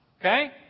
okay